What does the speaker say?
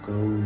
Go